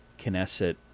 Knesset